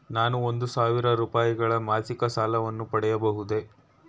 ನಾನು ಒಂದು ಸಾವಿರ ರೂಪಾಯಿಗಳ ಮಾಸಿಕ ಸಾಲವನ್ನು ಪಡೆಯಬಹುದೇ?